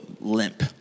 limp